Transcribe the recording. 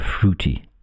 fruity